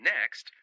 Next